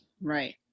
Right